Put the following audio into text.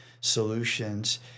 solutions